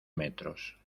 metros